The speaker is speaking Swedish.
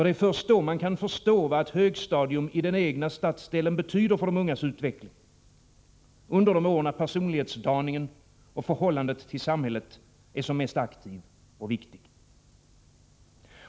Det är först då man kan förstå, vad ett högstadium i den egna stadsdelen betyder för de ungas utveckling under de år när personlighetsdaningen och förhållandet till samhället är som aktivast och viktigast.